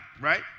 right